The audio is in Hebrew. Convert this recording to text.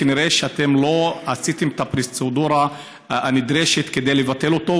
כנראה שאתם לא עשיתם את הפרוצדורה הנדרשת כדי לבטל אותו,